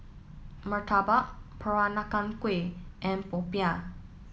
Murtabak Peranakan Kueh and Popiah